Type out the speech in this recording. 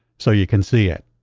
so you can see it.